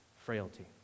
frailty